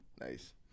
Nice